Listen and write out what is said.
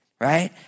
Right